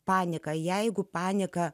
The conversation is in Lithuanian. panieką jeigu panieką